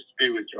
spiritual